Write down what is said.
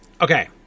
Okay